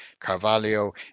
Carvalho